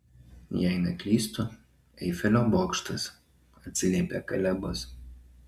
jei neklystu eifelio bokštas atsiliepė kalebas